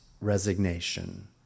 resignation